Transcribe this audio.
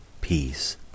peace